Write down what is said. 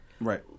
Right